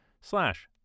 slash